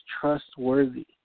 trustworthy